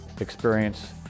experience